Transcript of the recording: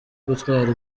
gutwara